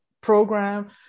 program